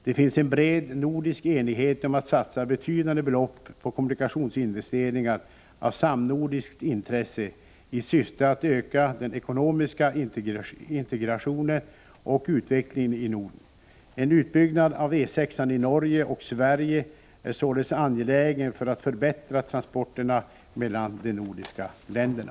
Det finns en bred nordisk enighet om att satsa betydande belopp på kommunikationsinvesteringar av samnordiskt intresse i syfte att öka den ekonomiska integrationen och utvecklingen i Norden. En utbyggnad av E 6-an i Norge och Sverige är således angelägen för att förbättra transporterna mellan de nordiska länderna.